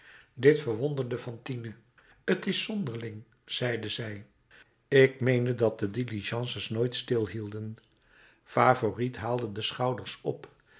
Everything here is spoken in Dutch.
dit verwonderde fantine t is zonderling zeide zij ik meende dat de diligences nooit stilhielden favourite haalde de schouders op